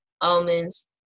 almonds